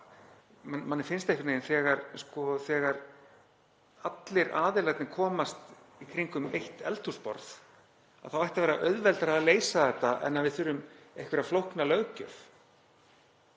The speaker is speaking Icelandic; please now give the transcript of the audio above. Manni finnst einhvern veginn að þegar allir aðilarnir komast í kringum eitt eldhúsborð þá ætti að vera auðveldara að leysa þetta en við þurfum einhverja flókna löggjöf.